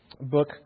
book